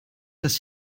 dass